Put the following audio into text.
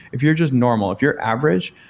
if you're just normal, if you're average,